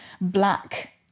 black